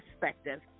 perspective